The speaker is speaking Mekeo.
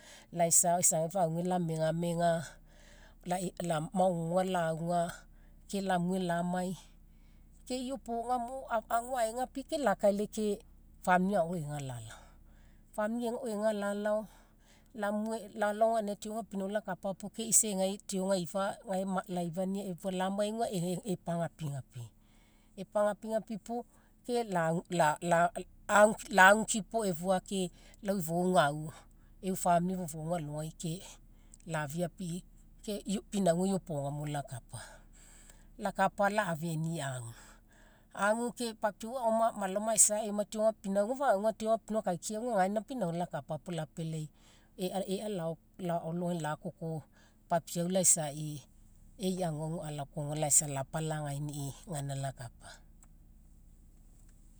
Laisa isagai faigai lamegamega magogoga lauga ke lamue lamai ke iopoga mo ago ae gapi ke lakailai famili ao ega lalao. Famili ega lalao, lalao ganinagai kai deo ega pinauga lakapa puo ke isa egai deo ega ifa gae laifania efua lamai auga epagapigapi. Epagapigapi puo ke lagu lagu kipo efua ke lau ifou gau e'u famili fofouga alogai ke lafiapi ke pinauga iopoga mo lakapa. Lakapa la'afeni agu, ague kai papiau agao malao maisa eoma deo ega pinauga gagauga lapealai deo ega pinauga akaikiai auga gaina pinauga lakapa puo lapealai ea alogai lakoko papiau laisaii e'i aguagu alakoa auga lapalagaini gaina lakapa.